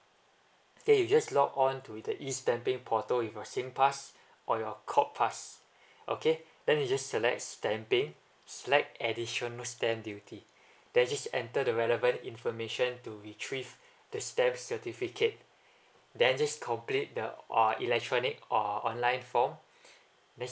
okay you just log on to the E stamping portal with your singpass or your corppass okay then you just select stamping select additional stamp duty then just enter the relevant information to retrieve the stamp certificate then just complete the uh electronic or online form miss